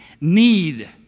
need